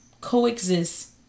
coexist